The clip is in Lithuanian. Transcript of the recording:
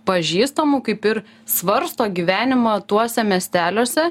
pažįstamų kaip ir svarsto gyvenimą tuose miesteliuose